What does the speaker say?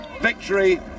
Victory